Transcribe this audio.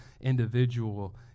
individual